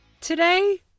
Today